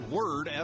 Word